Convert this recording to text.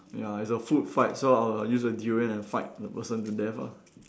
ya it's a food fight so I would use a durian and fight the person to death ah